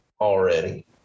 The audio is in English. already